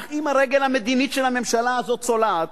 אך אם הרגל המדינית של הממשלה הזאת צולעת,